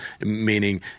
meaning